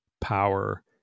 power